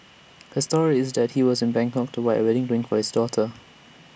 his story is just he was in Bangkok to buy A wedding ring for his daughter